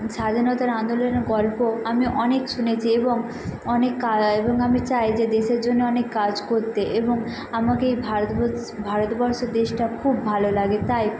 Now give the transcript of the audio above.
স্বাধীনতার আন্দোলনের গল্প আমি অনেক শুনেছি এবং অনেক কারা এবং আমি চাই যে দেশের জন্য অনেক কাজ করতে এবং আমাকে এই ভারতবর্ষ ভারতবর্ষ দেশটা খুব লাগে তাই